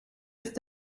ist